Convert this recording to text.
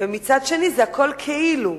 ומצד שני הכול כאילו: